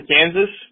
Kansas